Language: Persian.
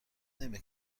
نمی